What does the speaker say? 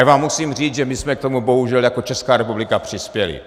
A musím vám říct, že my jsme k tomu bohužel jako Česká republika přispěli.